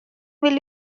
will